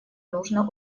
нужно